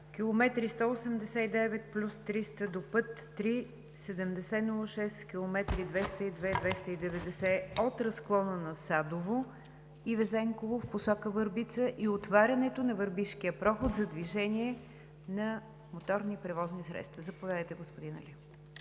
км 189+300 до път III 7006 км 202+290 от разклона на Садово и Везенково в посока Върбица и отварянето на Върбишкия проход за движение на моторни превозни средства. Заповядайте, господин Али.